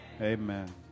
Amen